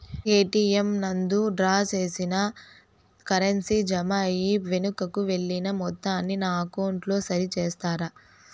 ATM నందు draw చేసిన currency jam అయి వెనుకకు వెళ్లిన మొత్తాన్ని నా అకౌంట్ లో సరి చేస్తారా?